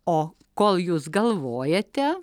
o kol jūs galvojate